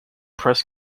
press